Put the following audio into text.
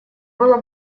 было